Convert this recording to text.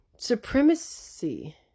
supremacy